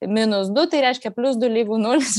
minus du tai reiškia plius du lygu nulis